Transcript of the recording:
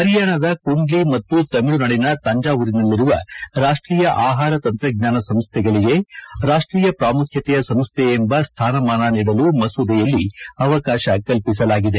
ಪರಿಯಾಣದ ಕುಂಡ್ಡಿ ಮತ್ತು ತಮಿಳುನಾಡಿನ ತಂಜಾವೂರಿನಲ್ಲಿರುವ ರಾಷ್ಷೀಯ ಆಹಾರ ತಂತ್ರಜ್ಞಾನ ಸಂಸ್ಥೆಗಳಗೆ ರಾಷ್ಷೀಯ ಪ್ರಾಮುಖ್ಯತೆಯ ಸಂಸ್ನೆ ಎಂಬ ಸ್ನಾನಮಾನ ನೀಡಲು ಮಸೂದೆಯಲ್ಲಿ ಅವಕಾಶ ಕಲ್ಲಿಸಲಾಗಿದೆ